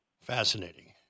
Fascinating